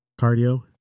cardio